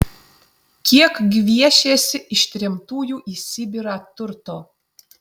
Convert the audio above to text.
kiek gviešėsi ištremtųjų į sibirą turto